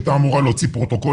היא הייתה אמורה להוציא פרוטוקולים,